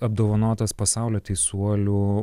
apdovanotas pasaulio teisuolių